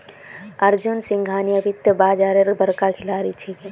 अर्जुन सिंघानिया वित्तीय बाजारेर बड़का खिलाड़ी छिके